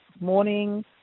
morning